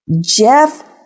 Jeff